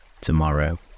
tomorrow